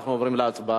אנחנו עוברים להצבעה.